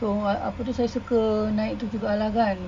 so uh apa tu saya suka naik tu juga lah kan